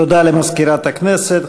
תודה למזכירת הכנסת.